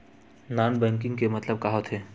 Non banking के मतलब का होथे?